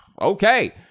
okay